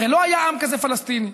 הרי לא היה עם כזה, פלסטיני.